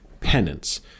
penance